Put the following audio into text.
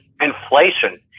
inflation